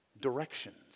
directions